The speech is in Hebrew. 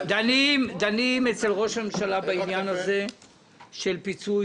דנים אצל ראש הממשלה בעניין הזה של פיצוי.